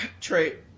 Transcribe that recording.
Trey